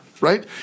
Right